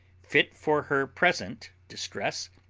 fit for her present distress,